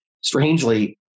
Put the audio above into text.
strangely